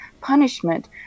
punishment